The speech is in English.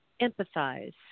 empathize